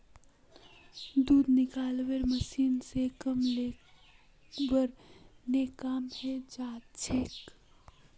दूध निकलौव्वार मशीन स कम लेबर ने काम हैं जाछेक